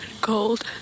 cold